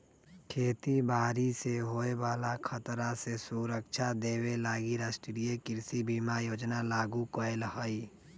खेती बाड़ी से होय बला खतरा से सुरक्षा देबे लागी राष्ट्रीय कृषि बीमा योजना लागू कएले हइ